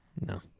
No